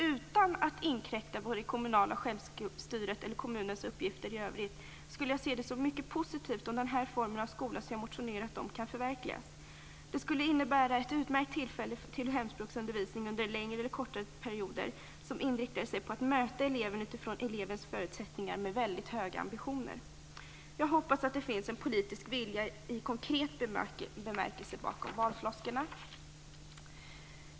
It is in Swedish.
Utan att inkräkta på det kommunala självstyret eller kommunens uppgifter i övrigt, skulle jag se det som mycket positivt om den här formen av skola som jag har motionerat om kan förverkligas. Det skulle innebära ett utmärkt tillfälle till hemspråksundervisning under längre eller kortare perioder, som inriktade sig på att möta eleven utifrån elevens förutsättningar med väldigt höga ambitioner. Jag hoppas att det finns en politisk vilja i konkret bemärkelse bakom valflosklerna.